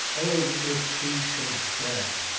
oh, if she should dare!